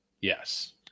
Yes